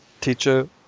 teacher